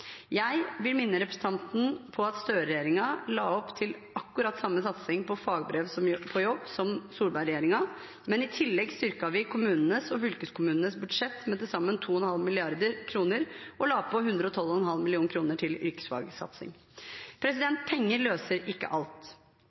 Jeg vil minne representanten om at Støre-regjeringen la opp til akkurat samme satsing på Fagbrev på jobb som Solberg-regjeringen. Men i tillegg styrket vi kommunenes og fylkeskommunenes budsjett med til sammen 2,5 mrd. kr og la på 112,5 mill. kr til yrkesfagsatsing. Penger løser ikke alt.